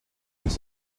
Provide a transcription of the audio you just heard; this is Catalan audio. les